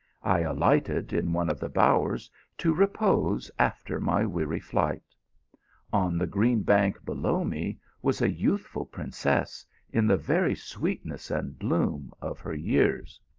i alighted in one of the bowers to repose after my weary flight on the green bank below me was a youthful princess in the very sweetness and bloom of her years.